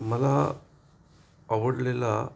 मला आवडलेला